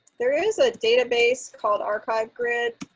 there is a database called archive grid